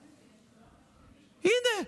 הינה,